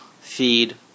feed